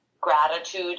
gratitude